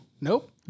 Nope